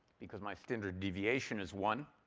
because my standard deviation is one,